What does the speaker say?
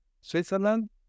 Switzerland